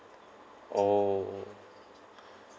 oh